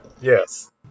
Yes